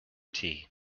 tea